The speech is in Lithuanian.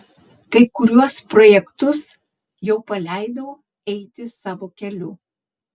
kai kuriuos projektus jau paleidau eiti savo keliu